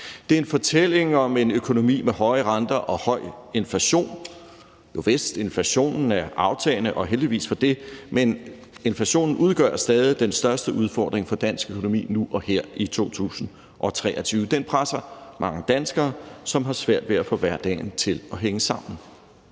Det er en fortælling om en økonomi med høje renter og høj inflation. Jovist, inflationen er aftagende, og heldigvis for det, men inflationen udgør stadig den største udfordring for dansk økonomi nu og her i 2023. Den presser mange danskere, som har svært ved at få hverdagen til at hænge sammen.